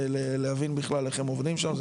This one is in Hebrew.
להבין בכלל איך הם עובדים שם.